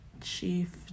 chief